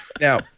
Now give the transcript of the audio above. Now